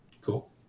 Cool